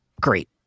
Great